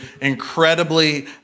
incredibly